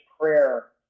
prayer